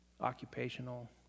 occupational